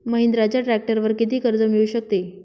महिंद्राच्या ट्रॅक्टरवर किती कर्ज मिळू शकते?